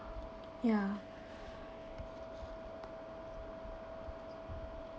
ya